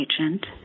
agent